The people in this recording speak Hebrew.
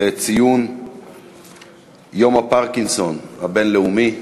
לציון יום הפרקינסון הבין-לאומי בכנסת.